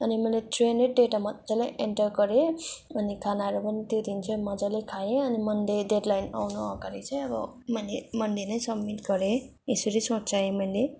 अनि मैले three hundred data मजाले एन्टर गरेँ अनि खानाहरू पनि त्यो दिन चाहिँ मजाले खाएँ अनि मन्डे डेडलाइन आउनु अगाडि चाहिँ अब मैले मन्डे नै सब्मिट गरेँ यसरी सच्याए मैले